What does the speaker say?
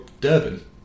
Durban